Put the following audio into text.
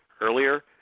earlier